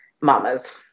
mamas